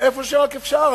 איפה שרק אפשר.